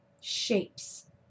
shapes